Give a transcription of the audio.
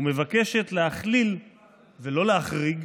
ומבקשת להכליל ולא להחריג